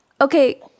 Okay